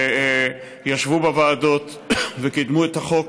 שישבו בוועדות וקידמו את החוק.